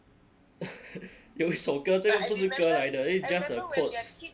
有一首歌这不是歌来的 it's just a quote